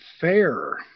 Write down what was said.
FAIR